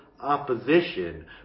Opposition